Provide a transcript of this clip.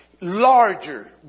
larger